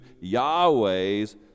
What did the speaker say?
Yahweh's